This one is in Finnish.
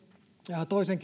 toisen